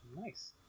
Nice